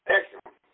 Excellent